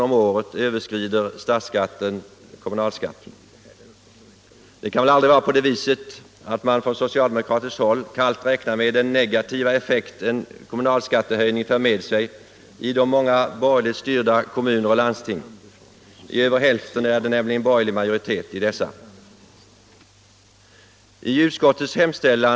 om året överskrider statsskatten den kommunala skatten. Det kan väl aldrig vara på det viset att man från socialdemokratiskt håll kallt räknar med den negativa effekt en kommunalskattehöjning för med sig i de många borgerligt styrda kommunerna och landstingen. I över hälften av kommunerna och landstingen är det nämligen borgerlig majoritet.